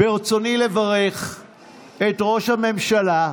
ברצוני לברך את ראש הממשלה,